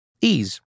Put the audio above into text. Ease